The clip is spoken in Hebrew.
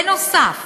בנוסף,